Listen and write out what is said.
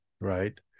right